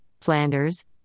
Flanders